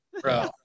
Bro